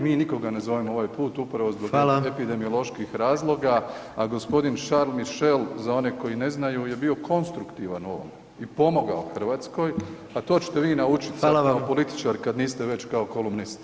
Mi nikoga ne zovemo ovaj put upravo zbog epidemioloških razloga, a gospodin Charles Michel za one koji ne znaju je bio konstruktivan u ovome i pomogao Hrvatskoj, a to ćete vi naučiti sada kao političar kada niste već kao kolumnist